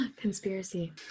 Conspiracy